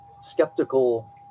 skeptical